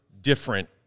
different